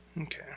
Okay